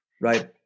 Right